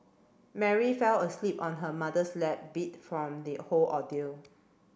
Mary fell asleep on her mother's lap beat from the whole ordeal